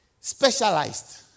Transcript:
specialized